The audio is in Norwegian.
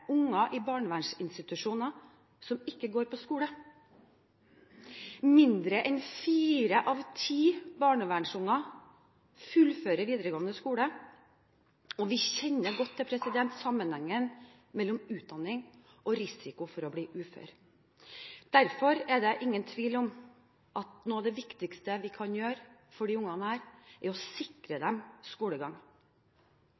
i barnevernsinstitusjoner som ikke går på skole. Mindre enn fire av ti barnevernsbarn fullfører videregående skole, og vi kjenner godt til sammenhengen mellom utdanning og risiko for å bli ufør. Derfor er det ingen tvil om at noe av det viktigste vi kan gjøre for disse barna, er å sikre